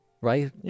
right